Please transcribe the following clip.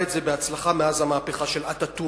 את זה בהצלחה מאז המהפכה של אטאטורק.